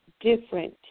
different